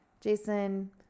Jason